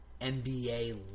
NBA